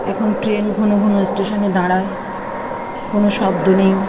এখন ট্রেন ঘনঘন স্টেশানে দাঁড়ায় কোনো শব্দ নেই